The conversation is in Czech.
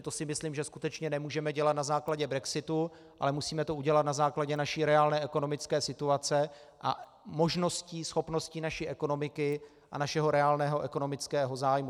To si myslím, že skutečně nemůžeme dělat na základě brexitu, ale musíme to udělat na základě naší reálné ekonomické situace a možností, schopnosti naší ekonomiky a našeho reálného ekonomického zájmu.